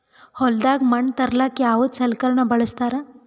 ಹೊಲದಾಗ ಮಣ್ ತರಲಾಕ ಯಾವದ ಸಲಕರಣ ಬಳಸತಾರ?